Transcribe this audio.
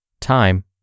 time